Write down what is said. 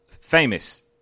Famous